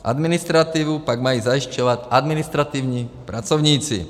Administrativu pak mají zajišťovat administrativní pracovníci.